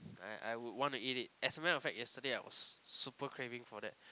I I would want to eat it as a matter of fact yesterday I was super craving for that